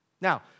Now